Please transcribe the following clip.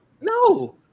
no